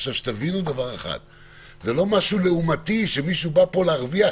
זה לא משהו לעומתי, שמישהו בא להרוויח